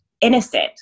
innocent